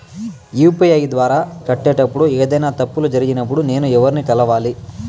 UPI ద్వారా కట్టేటప్పుడు ఏదైనా తప్పులు జరిగినప్పుడు నేను ఎవర్ని కలవాలి?